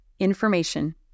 information